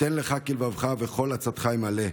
יתן לך כלבבך וכל עצתך ימלא.